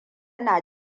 na